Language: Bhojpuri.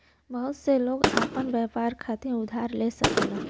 बहुत से लोग आपन व्यापार खातिर उधार ले सकलन